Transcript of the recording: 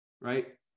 right